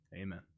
amen